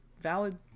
Valid